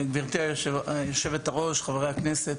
גברתי היושבת-ראש, חברי הכנסת,